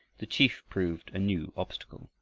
the chief proved a new obstacle.